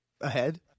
ahead